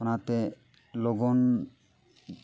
ᱚᱱᱟᱛᱮ ᱞᱚᱜᱚᱱ